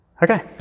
Okay